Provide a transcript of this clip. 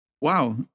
wow